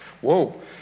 Whoa